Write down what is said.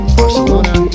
Barcelona